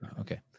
Okay